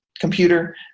computer